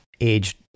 aged